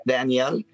Daniel